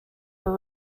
were